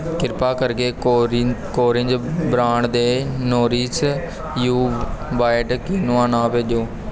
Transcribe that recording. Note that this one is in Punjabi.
ਕਿਰਪਾ ਕਰਕੇ ਕੌਰੀ ਕੌਰਿਜ਼ ਬ੍ਰਾਂਡ ਦੇ ਨੋਰਿਸ਼ ਯੂ ਵ੍ਹਾਇਟ ਕੀਨੋਆ ਨਾ ਭੇਜੋ